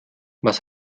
was